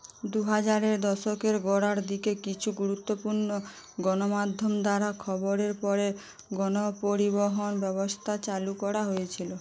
দু হাজারের দশকের গোড়ার দিকে কিছু গুরুত্বপূর্ণ গণমাধ্যম দ্বারা খবরের পরে গণপরিবহন ব্যবস্থা চালু করা হয়েছিলো